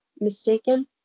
mistaken